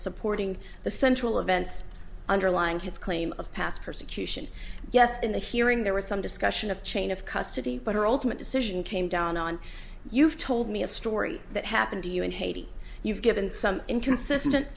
supporting the central events underlying his claim of past persecution yes in the hearing there was some discussion of chain of custody but her altman decision came down on you've told me a story that happened to you in haiti you've given some inconsistent